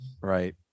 Right